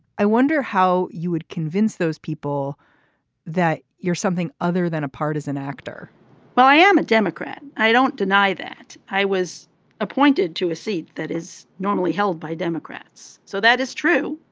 i wonder how you would convince those people that you're something other than a partisan actor well i am a democrat. i don't deny that i was appointed to a seat that is normally held by democrats. so that is true.